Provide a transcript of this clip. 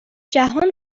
جهان